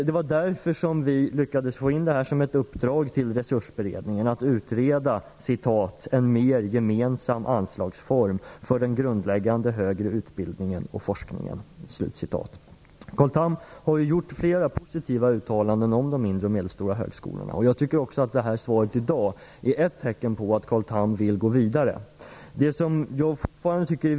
Det var därför som vi försökte få till stånd ett uppdrag till Resursberedningen att utreda "en mer gemensam anslagsform för den grundläggande högre utbildningen och forskningen", vilket också lyckades. Carl Tham har gjort flera positiva uttalanden om de mindre och medelstora högskolorna, och jag tycker att också dagens svar är ett tecken på att han vill gå vidare på detta område.